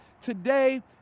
Today